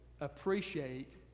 appreciate